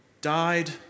died